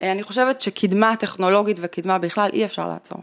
אני חושבת שקדמה טכנולוגית וקדמה בכלל אי אפשר לעצור.